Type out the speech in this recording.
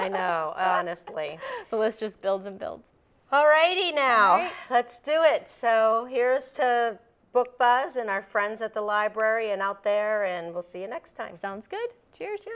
i know honestly it was just builds and builds all righty now let's do it so here's to book buzz and our friends at the library and out there and we'll see you next time sounds good cheer